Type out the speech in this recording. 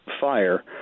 fire